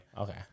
Okay